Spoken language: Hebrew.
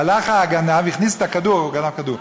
הלך הגנב והכניס את הכדור, הוא גנב כדור,